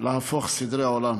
להפוך סדרי עולם,